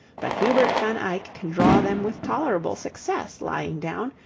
but hubert van eyck can draw them with tolerable success lying down,